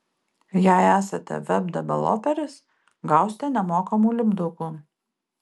jei esate web developeris gausite nemokamų lipdukų